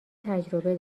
تجربه